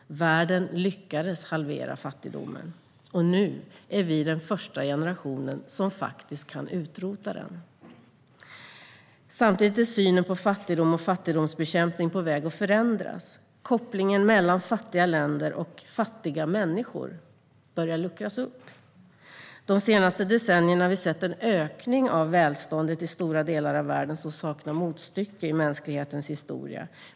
Världen lyckades halvera fattigdomen. Nu är vi den första generationen som faktiskt kan utrota den. Samtidigt är synen på fattigdom och fattigdomsbekämpning på väg att förändras. Kopplingen mellan fattiga länder och fattiga människor börjar luckras upp. De senaste decennierna har vi sett en ökning av välståndet i stora delar av världen som saknar motstycke i mänsklighetens historia.